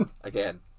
Again